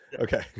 Okay